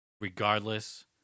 regardless